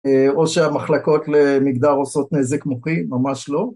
או שהמחלקות למגדר עושות נזק מוחי, ממש לא.